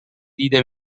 دیده